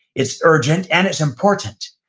it's urgent, and it's important.